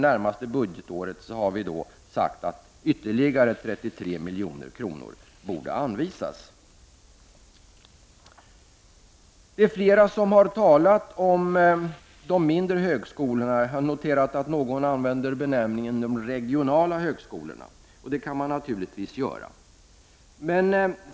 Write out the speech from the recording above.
Vi har sagt att ytterligare 33 milj.kr. borde anvisas för det närmaste budgetåret. Flera talare har tagit upp de mindre högskolorna. Jag har noterat att någon använder benämningen ”regionala högskolor”, och det kan man naturligtvis göra.